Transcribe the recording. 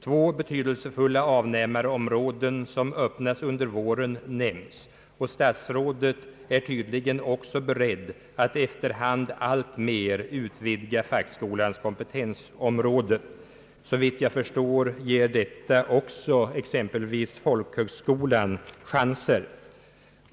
Två betydelsefulla avnämarområden som öppnats under våren nämnes, och statsrådet är tydligen också beredd att efter hand alltmer utvidga fackskolans kompetensområde. Såvitt jag förstår ger detta också exempelvis folkhögskolan chanser.